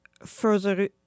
further